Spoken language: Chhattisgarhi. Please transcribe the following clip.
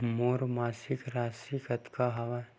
मोर मासिक राशि कतका हवय?